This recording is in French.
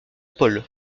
paul